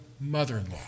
mother-in-law